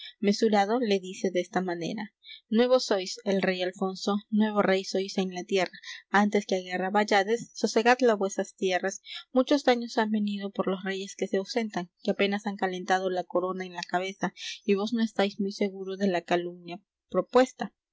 mesurado le dice desta manera nuevo sois el rey alfonso nuevo rey sois en la tierra antes que á guerra vayades sosegad las vuesas tierras muchos daños han venido por los reyes que se ausentan que apenas han calentado la corona en la cabeza y vos no estáis muy seguro de la calunia propuesta